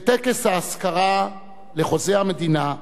בטקס האזכרה לחוזה המדינה,